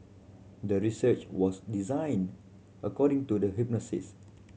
the research was designed according to the hypothesis